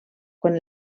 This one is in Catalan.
quan